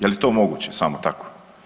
Je li to moguće samo tako?